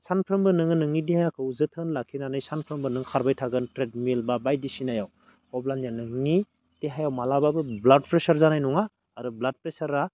सानफ्रोमबो नोङो नोंनि देहाखौ जोथोन लाखिनानै सानफ्रोमबो नों खारबाय थागोन ट्रेडमिल बा बायदिसिनायाव अब्लानिया नोंनि देहायाव माब्लाबाबो ब्लाड प्रेसार जानाय नङा आरो ब्लाड प्रेसारा